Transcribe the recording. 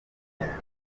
ikomeje